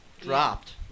Dropped